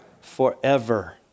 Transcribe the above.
Forever